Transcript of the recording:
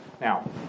Now